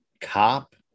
cop